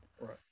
right